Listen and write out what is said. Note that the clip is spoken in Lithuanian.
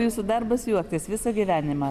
jūsų darbas juoktis visą gyvenimą